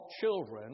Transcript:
children